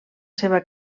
seva